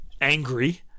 angry